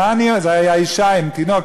זאת הייתה אישה עם תינוק.